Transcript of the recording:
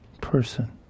person